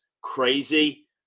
crazy